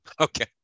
okay